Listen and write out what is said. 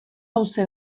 hauxe